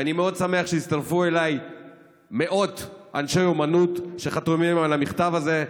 ואני מאוד שמח שהצטרפו אליי מאות אנשי אומנות שחתומים על המכתב הזה,